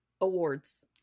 awards